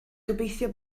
gobeithio